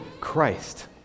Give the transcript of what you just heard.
Christ